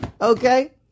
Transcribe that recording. okay